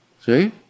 See